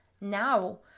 now